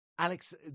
Alex